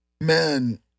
Man